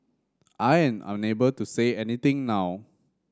I am unable to say anything now